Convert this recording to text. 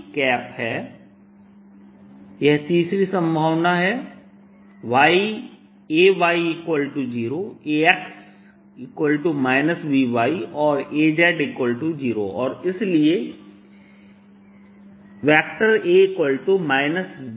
या तीसरी संभावना है Ay0 Ax By और Az0 और इसलिए A Byx